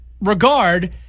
regard